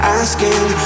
asking